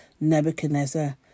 Nebuchadnezzar